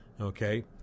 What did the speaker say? Okay